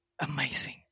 amazing